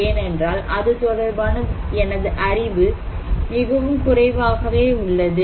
ஏனென்றால் அது தொடர்பான எனது அறிவு மிகவும் குறைவாகவே உள்ளது